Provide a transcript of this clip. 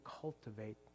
cultivate